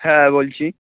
হ্যাঁ বলছি